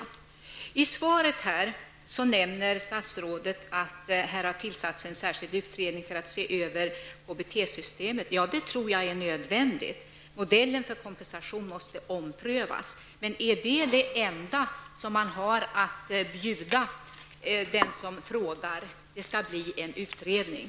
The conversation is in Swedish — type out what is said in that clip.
I svaret nämner statsrådet att här har tillsatts en särskild utredning för att se över KBT--systemet. Det tror jag är nödvändigt. Modellen för kompensation måste omprövas. Men är det det enda som man har att bjuda den som frågar -- att det skall göras en utredning?